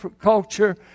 culture